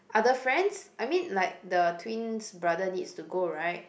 other friends I mean like the twin's brother needs to go right